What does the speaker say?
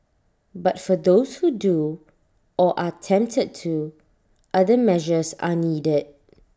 but for those who do or are tempted to other measures are needed